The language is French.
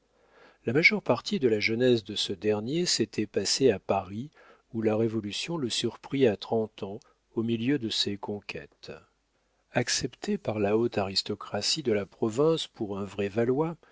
la majeure partie de la jeunesse de ce dernier s'était passée à paris où la révolution le surprit à trente ans au milieu de ses conquêtes accepté par la haute aristocratie de la province pour un vrai